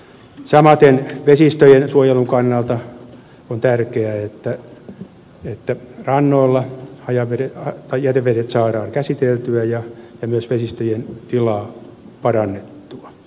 samaten vesistöjensuojelun kannalta on tärkeää että rannoilla jätevedet saadaan käsiteltyä ja myös vesistöjen tilaa parannettua